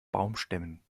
baumstämmen